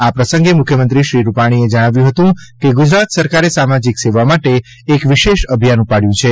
આ પ્રસંગે મુખ્યમંત્રી શ્રી વિજયભાઈ રૂપાણીએ જણાવ્યું હતું કે ગુજરાત સરકારે સામાજિક સેવા માટે એક વિશેષ અભિયાન ઉપાડ્યું છે